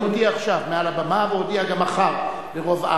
אני מודיע עכשיו מעל הבמה, ואודיע גם מחר ברוב עם,